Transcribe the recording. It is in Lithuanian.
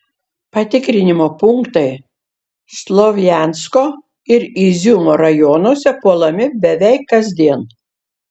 patikrinimo punktai slovjansko ir iziumo rajonuose puolami beveik kasdien